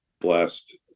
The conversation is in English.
blessed